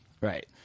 Right